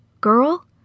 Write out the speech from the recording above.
Girl